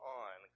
on